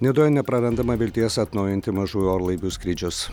nidoje neprarandama vilties atnaujinti mažųjų orlaivių skrydžius